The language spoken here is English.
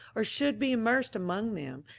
or should be immersed among them,